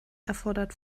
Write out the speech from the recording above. erfordert